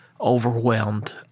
overwhelmed